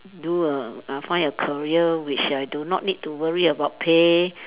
do a uh find a career which I do not need to worry about pay